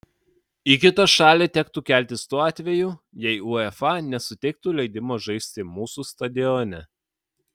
į kitą šalį tektų keltis tuo atveju jei uefa nesuteiktų leidimo žaisti mūsų stadione